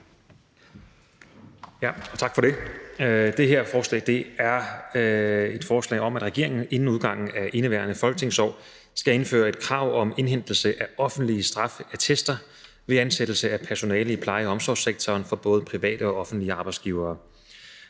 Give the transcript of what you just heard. Tak for det. Det her forslag er et forslag om, at regeringen inden udgangen af indeværende folketingsår skal indføre et krav om indhentelse af offentlige straffeattester ved ansættelse af personale i pleje- og omsorgssektoren for både private og offentlige arbejdsgivere.